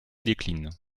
décline